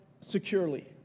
securely